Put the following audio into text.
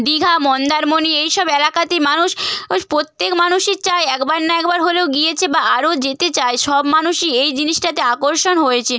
দীঘা মন্দারমণি এই সব এলাকাতে মানুষ উস প্রত্যেক মানুষই চায় একবার না একবার হলেও গিয়েছে বা আরও যেতে চায় সব মানুষই এই জিনিসটাতে আকর্ষণ হয়েছে